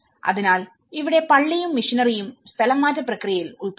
അതിനാൽ ഇവിടെ പള്ളിയും മിഷനറിയുംസ്ഥലം മാറ്റ പ്രക്രിയയിൽ ഉൾപ്പെടുന്നു